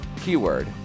Keyword